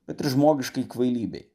bet ir žmogiškai kvailybei